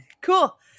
Cool